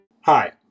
Hi